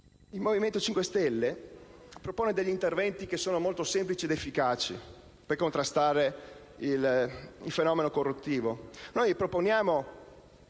Il Movimento 5 Stelle propone degli interventi molto semplici ed efficaci per contrastare il fenomeno corruttivo.